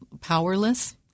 powerless